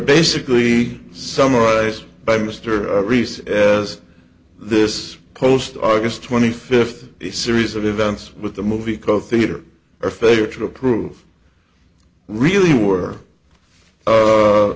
basically summarized by mr reese as this post august twenty fifth a series of events with the movie called theater or failure to approve really were